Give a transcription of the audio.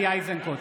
מזכיר הכנסת,